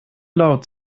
laut